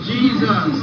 Jesus